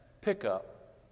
pickup